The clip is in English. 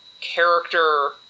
character